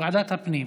ועדת הפנים.